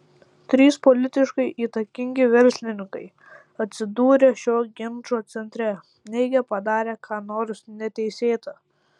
trys politiškai įtakingi verslininkai atsidūrę šio ginčo centre neigia padarę ką nors neteisėta